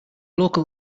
local